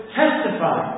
testify